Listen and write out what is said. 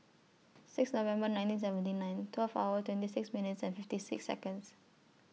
six November nineteen seventy nine twelve hour twenty six minutes and fifty six Seconds